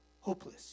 Hopeless